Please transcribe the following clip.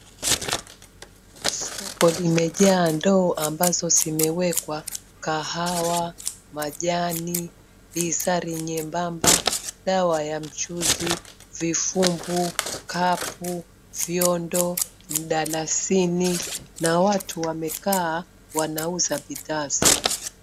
Soko limejaa ndoo ambazo zimewekwa kahawa, majani, bizari nyembamba dawa ya mchuzi, vifumbu, kapu, vyondo, mdalasini na watu wamekaa wanauza bidhaa zao.